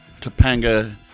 Topanga